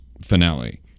finale